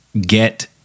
get